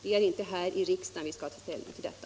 Det är inte här i riksdagen som vi skall ta ställning till detta.